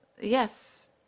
Yes